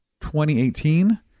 2018-